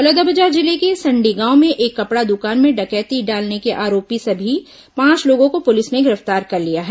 बलौदाबाजार जिले के संडी गांव में एक कपड़ा दुकान में डकैती डालने के आरोपी सभी पांच लोगों को पुलिस ने गिरफ्तार कर लिया है